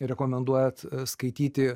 rekomenduojat skaityti